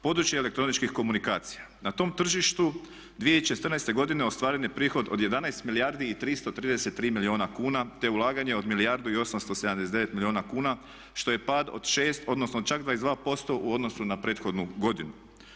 Područje elektroničkih komunikacija, na tom tržištu 2014.godine ostvaren je prihod od 11 milijardi i 333 milijuna kuna te ulaganje od 1 milijardu i 879 milijuna kuna što je pad od 6 odnosno 22% u odnosu na prethodnu godinu.